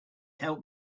helped